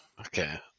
Okay